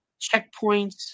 checkpoints